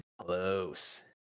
close